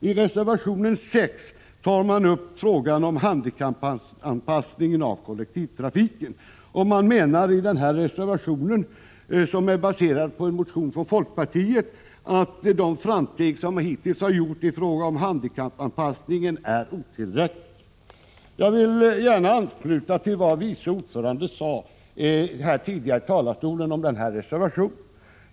I reservation 6 tar man upp frågan om handikappanpassningen av kollektivtrafiken. I denna reservation, som är baserad på en motion från folkpartiet, menar man att de framsteg som hittills har gjorts i fråga om handikappanpassningen är otillräckliga. Jag vill gärna ansluta till vad vice ordföranden sade tidigare i talarstolen om denna reservation.